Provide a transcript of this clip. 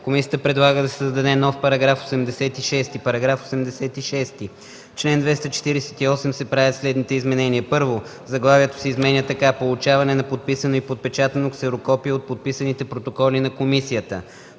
Комисията предлага да се създаде нов § 86: „§ 86. В чл. 248 се правят следните изменения: 1. Заглавието се изменя така: „Получаване на подписано и подпечатано ксерокопие от подписаните протоколи на комисията”.